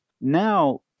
Now